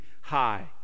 high